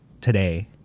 today